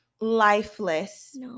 lifeless